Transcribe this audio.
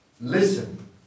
Listen